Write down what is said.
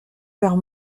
vers